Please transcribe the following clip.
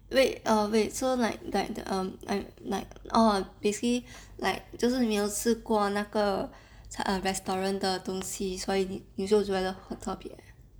wait err wait so like like the um at night oh basically like 就是没有吃过那个 restaurant 的东西所以你觉得很特别